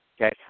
Okay